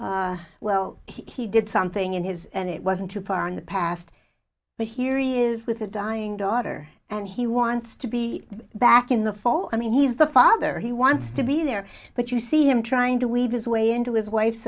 of well he did something in his and it wasn't too far in the past but here he is with a dying daughter and he wants to be back in the fall i mean he's the father he wants to be there but you see him trying to weave his way into his wife's